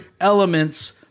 elements